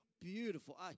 beautiful